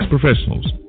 professionals